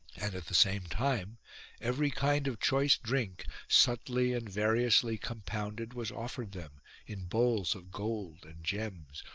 and at the same time every kind of choice drink, subtly and variously com pounded, was offered them in bowls of gold and gems,